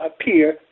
appear